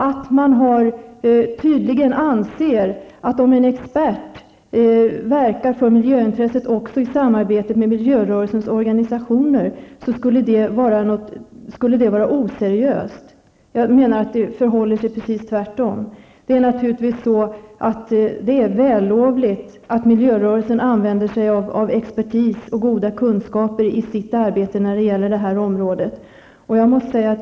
Man anser tydligen att det skulle vara oseriöst om en expert verkar för miljöintresset i samarbete med miljörörelsens organisationer. Jag menar att det förhåller sig precis tvärtom. Det är naturligtvis vällovligt att miljörörelsen använder sig av expertis och goda kunskaper i sitt arbete när det gäller det här området.